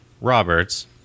Roberts